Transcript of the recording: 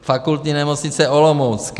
Fakultní nemocnice Olomouc.